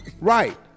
Right